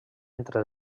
entre